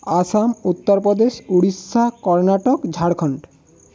Assam Uttar Pradesh Orissa Karnataka Jharkhand